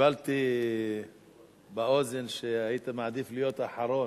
קיבלתי באוזן שהיית מעדיף להיות אחרון.